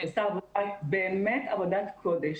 היא עושה באמת עבודת קודש,